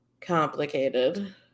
complicated